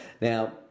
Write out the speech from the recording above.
Now